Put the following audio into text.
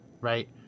right